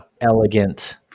elegant